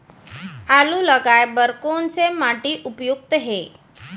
आलू लगाय बर कोन से माटी उपयुक्त हे?